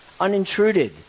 unintruded